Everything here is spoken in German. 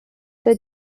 der